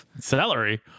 Celery